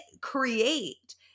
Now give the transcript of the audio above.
create